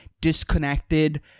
disconnected